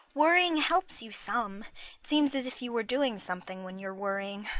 worrying helps you some it seems as if you were doing something when you're worrying.